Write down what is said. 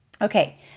Okay